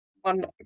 one